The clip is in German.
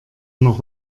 noch